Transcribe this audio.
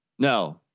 No